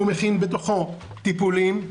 הוא מכיל בתוכו טיפולים,